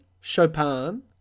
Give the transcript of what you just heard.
Chopin